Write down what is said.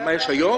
כמה יש היום?